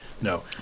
No